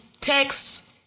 texts